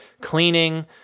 cleaning